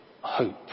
hope